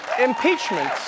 Impeachment